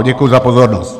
Děkuju za pozornost.